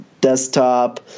desktop –